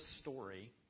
story